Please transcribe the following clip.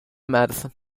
medicine